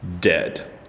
dead